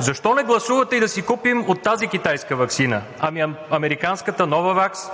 Защо не гласувате и да си купим от тази китайска ваксина? Ами американската „Новавакс“?